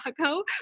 Taco